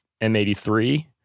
m83